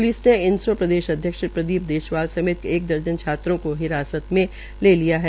police ने इनसो प्रदेशाध्यक्ष प्रदीप देशपाल समेत एक दर्जन छात्रों को हिरासत में ले लिया है